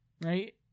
right